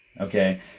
okay